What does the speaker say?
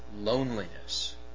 loneliness